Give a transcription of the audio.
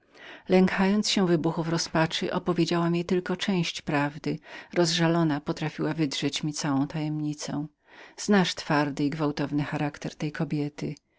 lękając się smutnych wybuchów opowiedziałam jej część prawdy rozżalona potrafiła wydrzeć mi całą tajemnicę znasz przykry i gwałtowny charakter tej kobiety